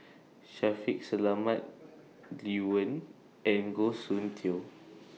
Shaffiq Selamat Lee Wen and Goh Soon Tioe